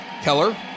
Keller